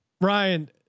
Ryan